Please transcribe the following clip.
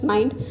Mind